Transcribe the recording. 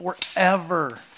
forever